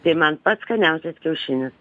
tai man pats skaniausias kiaušinis